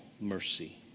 mercy